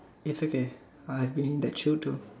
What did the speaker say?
it's okay I've being the true to